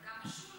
גם השול,